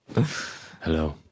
Hello